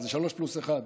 זה שלוש פלוס אחת.